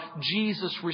Jesus